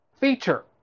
feature